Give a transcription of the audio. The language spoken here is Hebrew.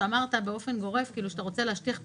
כשאמרת באופן גורף שאתה רוצה להשטיח את